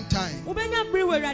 time